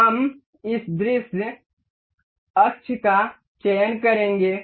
हम इस दृश्य अक्ष का चयन करेंगे